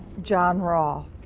john rolfe.